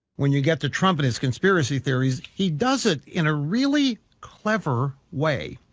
when you get to trump and his conspiracy theories, he does it in a really clever way.